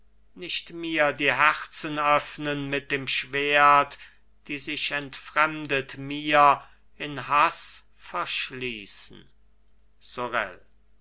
nicht mir die herzen öffnen mit dem schwert die sich entfremdet mir in haß verschließen sorel